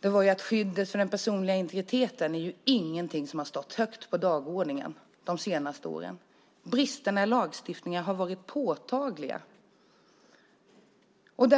var att skyddet för den personliga integriteten inte är någonting som har stått högt på dagordningen under de senaste åren. Bristerna i lagstiftningen har varit påtagliga.